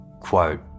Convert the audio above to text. Quote